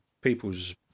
people's